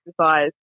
exercise